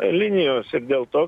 linijos ir dėl to